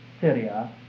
Syria